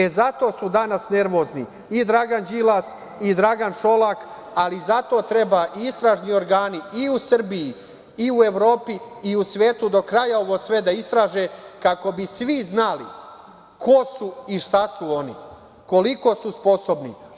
E, zato su danas nervozni i Dragan Đilas i Dragan Šolak i zato treba istražni organi i u Srbiji i u Evropi i u svetu do kraja ovo sve da istraže kako bi svi znali ko su i šta su oni, koliko su sposobni.